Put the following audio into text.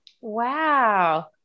wow